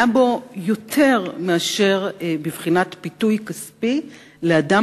היה בו יותר מאשר בבחינת פיתוי כספי לאדם